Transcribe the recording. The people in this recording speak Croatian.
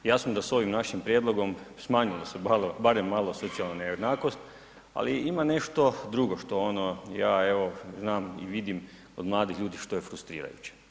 Jasno da s ovim našim prijedlogom smanjuje se barem malo socijalna nejednakost ali ima nešto drugo što ono ja evo, znam i vidim od mladih ljudi što je frustrirajuće.